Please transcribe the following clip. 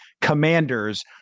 Commanders